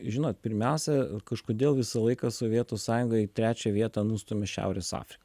žinot pirmiausia kažkodėl visą laiką sovietų sąjungą į trečią vietą nustumia šiaurės afrika